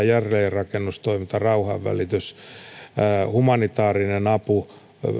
jälleenrakennustoiminta rauhanvälitys humanitaarinen apu